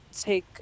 take